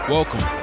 Welcome